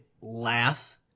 laugh